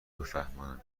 بفهمانم